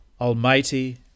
Almighty